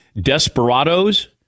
desperados